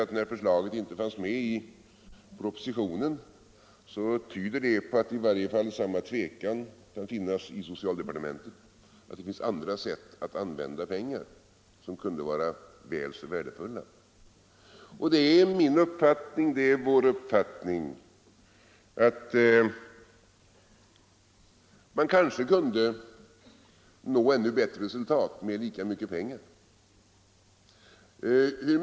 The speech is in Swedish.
att eftersom förslaget inte fanns med i propositionen kan i varje fall samma tvekan finnas i socialdepartementet; det finns ju andra sätt att använda pengar, som kunde vara väl så värdefulla. Det är min uppfattning och det är vår uppfattning att man på annat sätt kanske kunde nå ännu bättre resultat med lika mycket pengar.